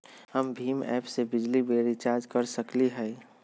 हम भीम ऐप से बिजली बिल रिचार्ज कर सकली हई?